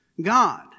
God